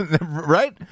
Right